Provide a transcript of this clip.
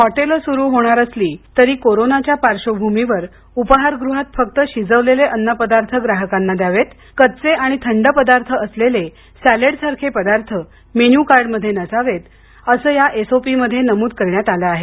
हॉटेलं सुरू होणार असली तरी कोरोनाच्या पार्श्वभूमीवर उपहारगृहात फक्त शिजवलेले अन्नपदार्थ ग्राहकांना द्यावेत कच्चे आणि थंड पदार्थ असलेले सॅलडसारखे पदार्थ मेन्यू कार्ड मध्ये नसावेत असं आज जारी केलेल्या एसओपी मध्ये नमूद करण्यात आलं आहे